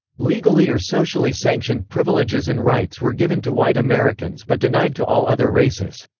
legally or socially sanctioned privileges and rights were given to white americans but denied to all other races.